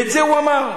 את זה הוא אמר.